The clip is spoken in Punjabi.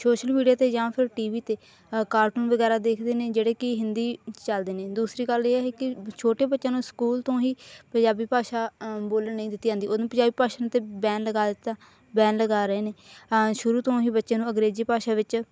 ਸੋਸ਼ਲ ਮੀਡੀਆ 'ਤੇ ਜਾਂ ਫਿਰ ਟੀ ਵੀ 'ਤੇ ਕਾਰਟੂਨ ਵਗੈਰਾ ਦੇਖਦੇ ਨੇ ਜਿਹੜੇ ਕਿ ਹਿੰਦੀ ਚੱਲਦੇ ਨੇ ਦੂਸਰੀ ਗੱਲ ਇਹ ਹੈ ਕਿ ਛੋਟੇ ਬੱਚਿਆਂ ਨੂੰ ਸਕੂਲ ਤੋਂ ਹੀ ਪੰਜਾਬੀ ਭਾਸ਼ਾ ਬੋਲਣ ਨਹੀਂ ਦਿੱਤੀ ਜਾਂਦੀ ਉਹਨੂੰ ਪੰਜਾਬੀ ਭਾਸ਼ਾ 'ਤੇ ਬੈਨ ਲਗਾ ਦਿੱਤਾ ਬੈਨ ਲਗਾ ਰਹੇ ਨੇ ਸ਼ੁਰੂ ਤੋਂ ਹੀ ਬੱਚਿਆਂ ਨੂੰ ਅੰਗਰੇਜ਼ੀ ਭਾਸ਼ਾ ਵਿੱਚ